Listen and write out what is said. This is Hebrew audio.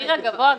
מחיר הגבוה,